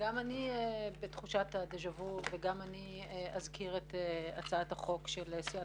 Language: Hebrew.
גם אני בתחושת הדז'ה וו וגם אני אזכיר את הצעת החוק של סיעת